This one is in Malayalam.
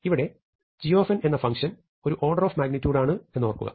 ഇവിടെ gഎന്ന ഫങ്ങ്ഷൻ ഒരു ഓർഡർ ഓഫ് മാഗ്നിറ്റ്യുഡാണ് എന്ന് ഓർക്കുക